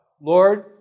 Lord